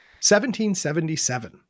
1777